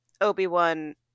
Obi-Wan